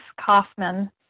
Kaufman